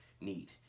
need